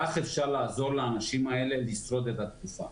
כך אפשר לעזור לאנשים האלה לשרוד את התקופה.